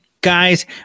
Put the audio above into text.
guys